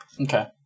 Okay